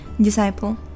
Disciple